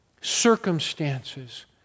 circumstances